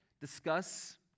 discuss